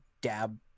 dab